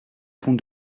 pont